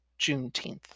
Juneteenth